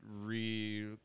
re